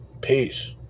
Peace